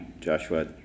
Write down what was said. Joshua